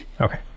okay